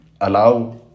allow